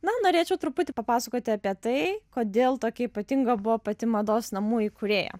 na norėčiau truputį papasakoti apie tai kodėl tokia ypatinga buvo pati mados namų įkūrėja